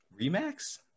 Remax